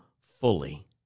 fully